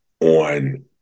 on